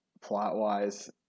plot-wise